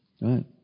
right